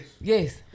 Yes